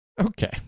okay